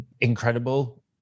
incredible